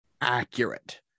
accurate